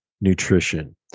nutrition